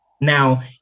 Now